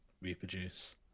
reproduce